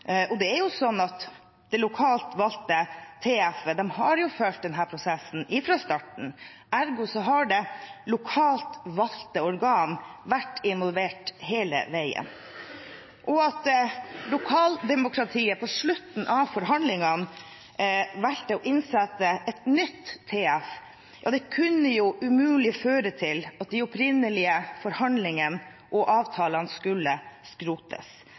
prosessen fra starten, ergo har det lokalt valgte organ vært involvert hele veien. Det at lokaldemokratiet på slutten av forhandlingene valgte å innsette et nytt TF-medlem, kunne umulig føre til at de opprinnelige forhandlingene og avtalene skulle skrotes.